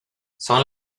son